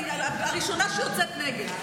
אני הראשונה שיוצאת נגד,